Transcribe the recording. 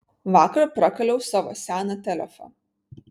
vakar prakaliau savo seną telefą